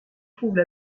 trouve